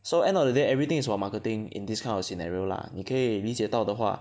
so end of the day everything is about marketing in this kind of scenario lah 你可以理解到的话